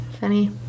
funny